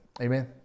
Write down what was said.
Amen